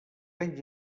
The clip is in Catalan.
anys